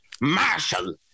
Marshall